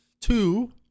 Two